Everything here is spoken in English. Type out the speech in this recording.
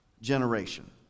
generation